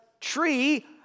tree